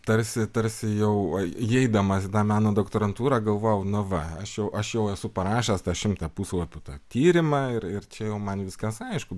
tarsi tarsi jau įeidamas į tą meno doktorantūrą galvojau nu va aš jau aš jau esu parašęs tą šimtą puslapių tą tyrimą ir ir čia man jau viskas aišku